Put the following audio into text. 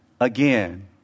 again